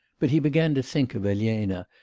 but he began to think of elena,